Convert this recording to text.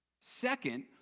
Second